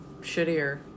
shittier